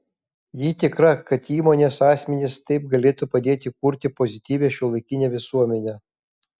ji tikra kad įmonės asmenys taip galėtų padėti kurti pozityvią šiuolaikinę visuomenę